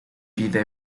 vida